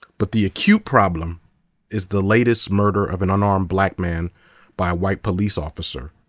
but the acute problem is the latest murder of an unarmed black man by a white police officer,